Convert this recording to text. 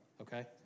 okay